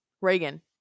Reagan